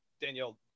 danielle